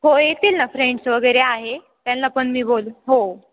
हो येतील ना फ्रेंड्स वगैरे आहे त्यांना पण मी बोलू हो